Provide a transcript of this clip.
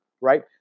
right